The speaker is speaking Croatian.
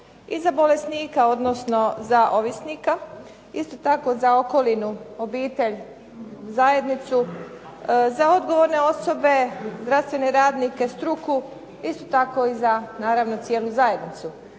I za bolesnika, odnosno za ovisnika. Isto tako za okolinu, obitelj, zajednicu, za odgovorne osobe zdravstvene radnike, struku. Isto tako i za naravno cijelu zajednicu.